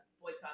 boycott